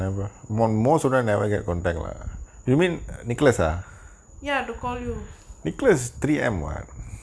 ya to call you